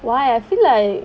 why I feel like